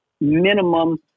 minimum